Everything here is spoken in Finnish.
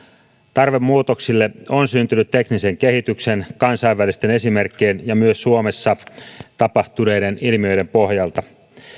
tarve muutoksille on syntynyt teknisen kehityksen kansainvälisten esimerkkien ja myös suomessa tapahtuneiden ilmiöiden pohjalta